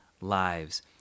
lives